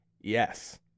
yes